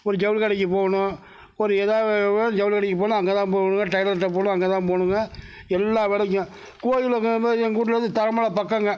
ஒரு ஜவுளிக்கடைக்கு போகணும் ஒரு ஏதாவது ஜவுளிக்கடைக்கு போகணும்னா அங்கேதான் போகணுங்க டைலர்கிட்ட போகணுன்னா அங்கேதான் போகணுங்க எல்லா வேலைக்கும் கோவில் எங்கள் வீட்டுலருந்து தலமலை பக்கம்ங்க